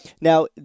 Now